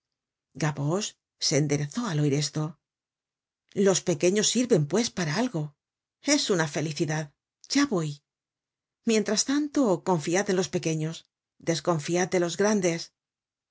gavroche se enderezó al oir esto los pequeños sirven pues para algo es una felicidad ya voy mientras tanto confiad en los pequeños desconfiad de los grandes y